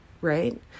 right